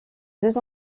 deux